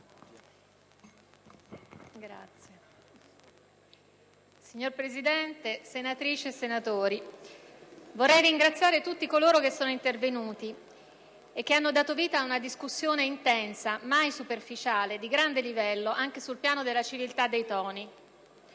Signor Presidente, senatrici e senatori, vorrei ringraziare tutti coloro che sono intervenuti e hanno dato vita ad una discussione intensa, mai superficiale, di grande livello anche sul piano della civiltà dei toni.